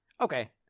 Okay